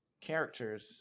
Characters